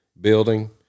building